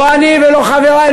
לא אני ולא חברי,